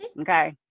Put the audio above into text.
okay